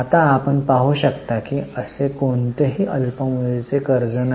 आत्ता आपण पाहू शकता की असे कोणतेही अल्प मुदतीचे कर्ज नाही